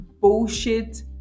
bullshit